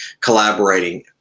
collaborating